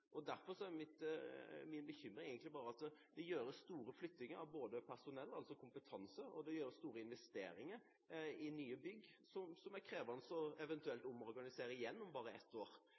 Derfor er min bekymring egentlig at det gjøres både store flyttinger av personell, altså kompetanse, og store investeringer i nye bygg, noe som er krevende – for eventuelt å omorganisere igjen om bare ett år.